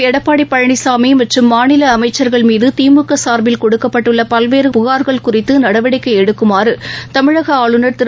எடப்பாடி பழனிசாமி மற்றும் மாநில அமைச்சள்கள் மீது திமுக சார்பில் கொடுக்கப்பட்டுள்ள பல்வேறு புகாகள் குறித்து நடவடிக்கை எடுக்குமாறு தமிழக ஆளுநர் திரு